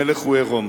המלך הוא עירום,